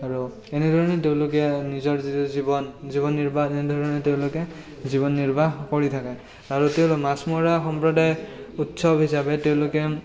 আৰু এনেধৰণে তেওঁলোকে নিজৰ জীৱন জীৱন নিৰ্বাহ এনেধৰণে তেওঁলোকে জীৱন নিৰ্বাহ কৰি থাকে আৰু তেওঁলোকে মাছ মৰা সম্প্ৰদায় উৎসৱ হিচাপে তেওঁলোকে